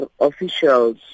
Officials